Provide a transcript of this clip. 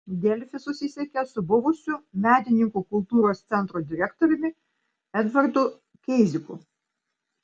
delfi susisiekė su buvusiu medininkų kultūros centro direktoriumi edvardu keiziku